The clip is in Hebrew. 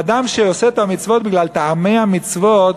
אדם שעושה את המצוות בגלל טעמי המצוות,